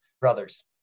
brothers